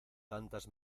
tantas